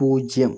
പൂജ്യം